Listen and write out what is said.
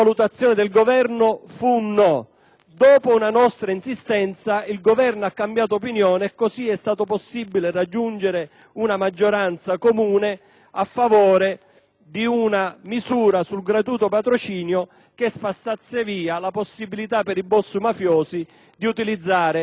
dopo la nostra insistenza ha cambiato opinione e così è stato possibile raggiungere una maggioranza comune a favore di una misura sul gratuito patrocinio che spazzi via la possibilità per i boss mafiosi di utilizzare questo grande istituto del